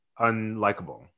unlikable